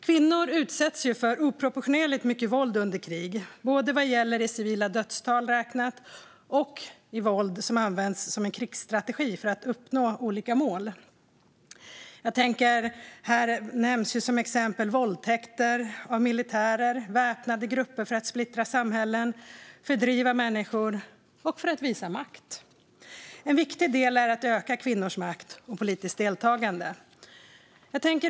Kvinnor utsätts för oproportionerligt mycket våld under krig - jag tänker både på civila dödstal och på våld som används som en krigsstrategi för att uppnå olika mål. Exempelvis används våldtäkter av militärer och väpnade grupper för att splittra samhällen, fördriva människor och visa makt. En viktig del är att öka kvinnors makt och politiska deltagande.